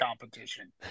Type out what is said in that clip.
competition